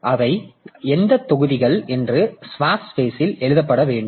அவை எந்தத் தொகுதிகள் என்று ஸ்வாப் ஸ்பேஸில் எழுதப்பட வேண்டும்